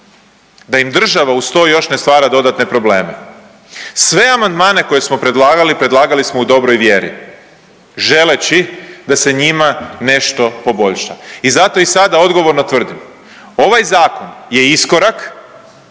da im država uz to još ne stvara dodatne probleme. Sve amandmane koje smo predlagali predlagali smo u dobroj vjeri želeći da se njima nešto poboljša. I zato i sada odgovorno tvrdim ovaj zakon je iskorak